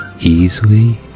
easily